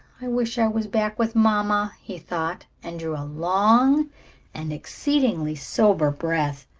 i wish i was back with mamma, he thought, and drew a long and exceedingly sober breath.